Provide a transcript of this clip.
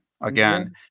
again